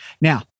Now